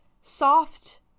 Soft